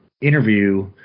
interview